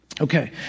Okay